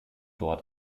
dort